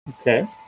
Okay